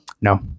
No